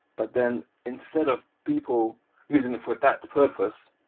but then instead of people using it for that purpose,